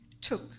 took